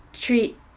treat